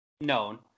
known